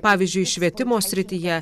pavyzdžiui švietimo srityje